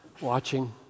watching